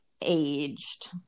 aged